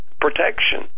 protection